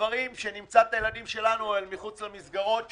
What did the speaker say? דברים שנמצא את הילדים שלנו מחוץ למסגרות שלהם.